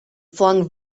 flung